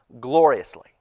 gloriously